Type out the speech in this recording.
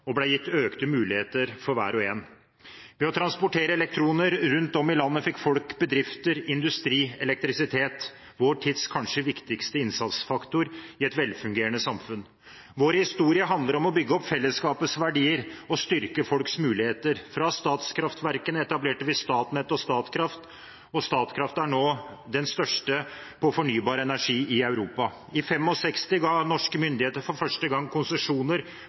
og det ble gitt økte muligheter for hver og en. Ved å transportere elektroner rundt om i landet fikk folk, bedrifter og industri elektrisitet, vår tids kanskje viktigste innsatsfaktor i et velfungerende samfunn. Vår historie handler om å bygge opp fellesskapets verdier og styrke folks muligheter. Fra statskraftverkene etablerte vi Statnett og Statkraft, og Statkraft er nå den største på fornybar energi i Europa. I 1965 ga norske myndigheter for første gang konsesjoner